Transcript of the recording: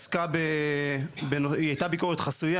שהייתה חסויה,